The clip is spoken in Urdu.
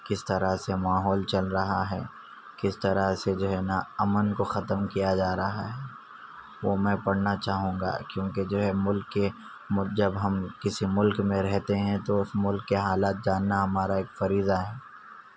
کس طرح سے ماحول چل رہا ہے کس طرح سے جو ہے نا امن کو ختم کیا جا رہا ہے وہ میں پڑھنا چاہوں گا کیونکہ جو ہے ملک کے جب ہم کسی ملک میں رہتے ہیں تو اس ملک کے حالات جاننا ہمارا ایک فریضہ ہے